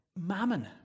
mammon